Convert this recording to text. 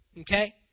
Okay